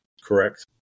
correct